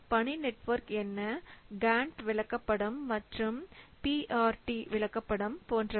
பணி நெட்வொர்க் என்ன கேன்ட் விளக்கப்படம் மற்றும் பி ஆர் டி விளக்கப்படம்போன்றவை